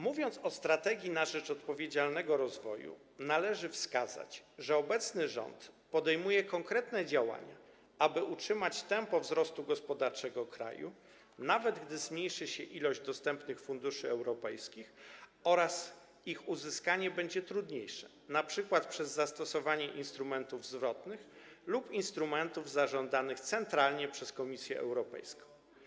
Mówiąc o „Strategii na rzecz odpowiedzialnego rozwoju”, należy wskazać, że obecny rząd podejmuje konkretne działania, aby utrzymać tempo wzrostu gospodarczego kraju, nawet gdy zmniejszy się ilość dostępnych funduszy europejskich, a ich uzyskanie będzie trudniejsze, np. przez zastosowanie instrumentów zwrotnych lub instrumentów zażądanych centralnie przez Komisję Europejską.